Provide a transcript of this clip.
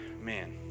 man